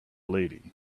lady